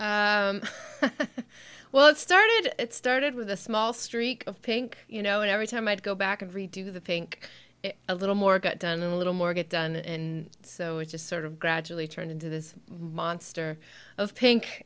thing well it started it started with a small streak of pink you know and every time i'd go back and redo the pink a little more gotten a little more get done and so it just sort of gradually turned into this monster of pink